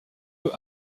eux